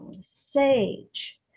Sage